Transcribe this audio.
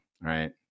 right